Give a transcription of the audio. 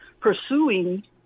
pursuing